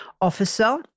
officer